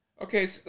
Okay